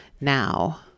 Now